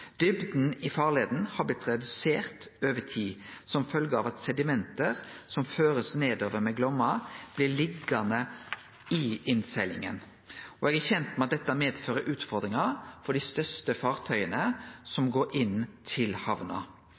i farleia har blitt redusert over tid, som følgje av at sediment som blir førte nedover med Glomma, blir liggjande i innseglinga. Eg er kjend med at dette medfører utfordringar for dei største fartøya som går inn til hamna.